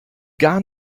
gar